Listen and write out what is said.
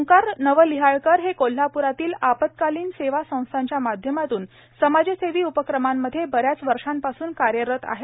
ओंकार नवलिहाळकर हे कोल्हाप्रातील आपत्कालीन सेवा संस्थांच्या माध्यमातून समाजसेवी उपक्रमांमध्ये बऱ्याच वर्षांपासून कार्यरत आहेत